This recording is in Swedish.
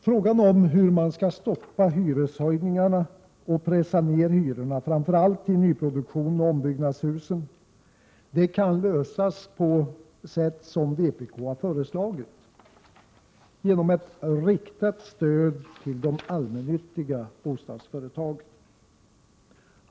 Problemet hur man skall stoppa hyreshöjningarna och pressa ned hyrorna, framför allt i nyproduktion och ombyggnadshus, kan lösas på det sätt som vpk föreslagit — genom ett riktat stöd till de allmännyttiga bostadsföretagen.